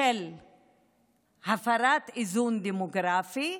של הפרת איזון דמוגרפי,